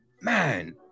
man